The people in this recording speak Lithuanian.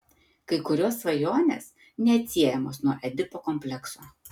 kai kurios svajonės neatsiejamos nuo edipo komplekso